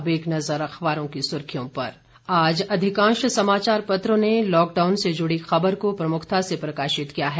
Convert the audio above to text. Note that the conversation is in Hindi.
अब एक नज़र अखबारों की सुर्खियों पर आज अधिकांश समाचार पत्रों ने लॉकडाउन से जुड़ी खबर को प्रमुखता से प्रकाशित किया है